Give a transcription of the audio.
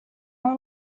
اون